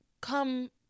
come